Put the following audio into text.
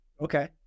Okay